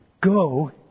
go